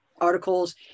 articles